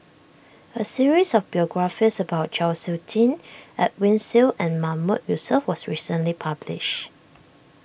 a series of biographies about Chau Sik Ting Edwin Siew and Mahmood Yusof was recently published